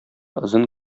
озын